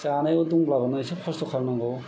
जानायाव दंब्लाबो इसे खस्त' खालामनांगौ